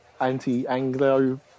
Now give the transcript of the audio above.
anti-Anglo